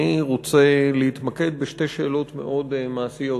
אני רוצה להתמקד בשתי שאלות מאוד מעשיות.